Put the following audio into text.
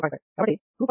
5" కాబట్టి 2